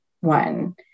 one